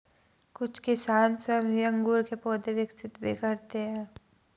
कुछ किसान स्वयं ही अंगूर के पौधे विकसित भी करते हैं